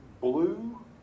blue